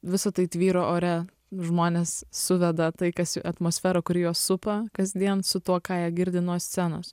visa tai tvyro ore žmones suveda tai kas atmosfera kuri juos supa kasdien su tuo ką jie girdi nuo scenos